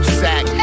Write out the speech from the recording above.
sack